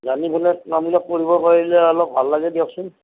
জানিবলৈ নামবিলাক কৰিব পাৰিলে অলপ ভাল লাগে দিয়কচোন